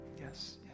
Yes